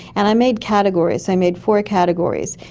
and i made categories, i made four categories,